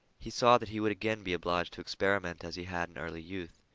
he saw that he would again be obliged to experiment as he had in early youth.